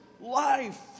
life